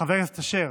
חבר הכנסת אשר,